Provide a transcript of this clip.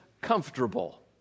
comfortable